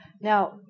Now